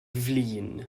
flin